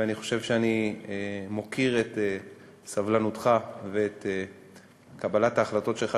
ואני חושב שאני מוקיר את סבלנותך ואת קבלת ההחלטות שלך,